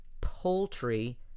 poultry